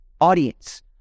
audience